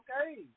okay